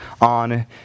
on